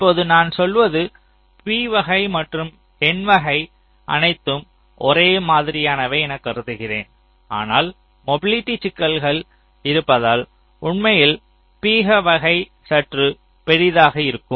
இப்போது நான் சொல்வது p வகை மற்றும் n வகை அனைத்தும் ஒரே மாதிரியானவை என்று கருதுகிறேன் ஆனால் மொபிலிட்டி சிக்கல்கள் இருப்பதால் உண்மையில் p வகை சற்று பெரியதாக இருக்கும்